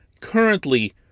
currently